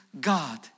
God